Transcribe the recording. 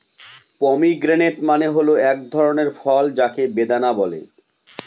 pomegranate মানে হল এক ধরনের ফল যাকে বেদানা বলে